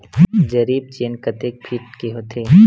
जरीब चेन कतेक फीट के होथे?